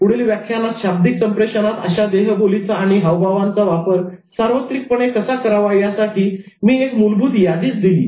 पुढील व्याख्यानात शाब्दिक संप्रेषणात अशा देहबोलीचा आणि हावभावांचा वापर सर्वत्रिकपणे कसा करावा यासाठी मी एक मूलभूत यादीच दिली